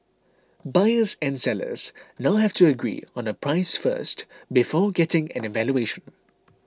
buyers and sellers now have to agree on a price first before getting an evaluation